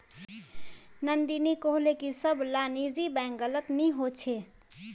नंदिनी कोहले की सब ला निजी बैंक गलत नि होछे